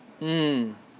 mm